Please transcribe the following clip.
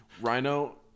Rhino